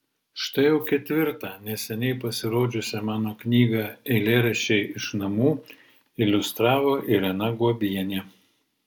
štai jau ketvirtą neseniai pasirodžiusią mano knygą eilėraščiai iš namų iliustravo irena guobienė